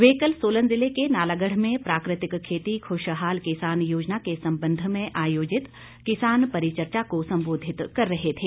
वे कल सोलन जिले के नालागढ़ में प्राकृतिक खेती खुशहाल किसान योजना के सम्बंध में आयोजित किसान परिचर्चा को संबोधित कर रहे थे